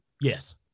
yes